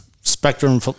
Spectrum